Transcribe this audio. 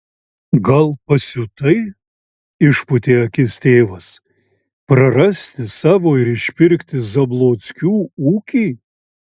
gal pasiutai išpūtė akis tėvas prarasti savo ir išpirkti zablockių ūkį